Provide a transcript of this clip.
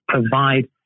provide